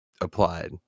applied